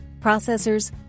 processors